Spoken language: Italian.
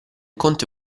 conte